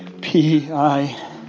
P-I